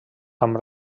amb